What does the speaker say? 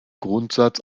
grundsatz